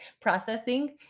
processing